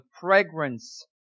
fragrance